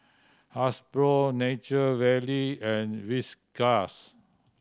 Hasbro Nature Valley and Whiskas